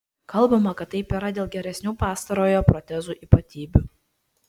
kalbama kad taip yra dėl geresnių pastarojo protezų ypatybių